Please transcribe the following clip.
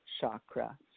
chakra